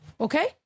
Okay